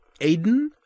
Aiden